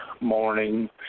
morning